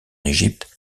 égypte